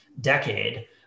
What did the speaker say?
decade